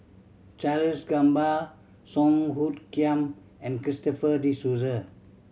Charles Gamba Song Hoot Kiam and Christopher De Souza